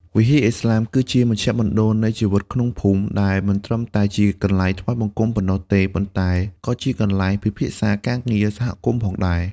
វិហារឥស្លាមគឺជាមជ្ឈមណ្ឌលនៃជីវិតក្នុងភូមិ ដែលមិនត្រឹមតែជាកន្លែងថ្វាយបង្គំប៉ុណ្ណោះទេ ប៉ុន្តែក៏ជាកន្លែងពិភាក្សាការងារសហគមន៍ផងដែរ។